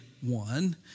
one